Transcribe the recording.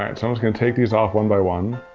right, so i'm just gonna take these off one by one.